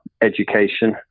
education